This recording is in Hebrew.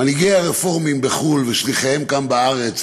מנהיגי הרפורמים בחו"ל ושליחיהם כאן בארץ.